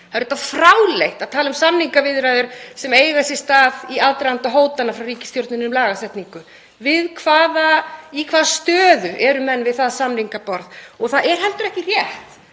Það er auðvitað fráleitt að tala um samningaviðræður sem eiga sér stað í aðdraganda hótana frá ríkisstjórninni um lagasetningu. Í hvaða stöðu eru menn við það samningaborð? Og það er heldur ekki rétt